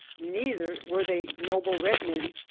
neither were they noble red men.